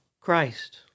Christ